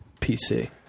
PC